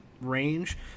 range